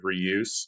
reuse